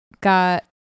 got